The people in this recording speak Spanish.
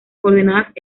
coordenadas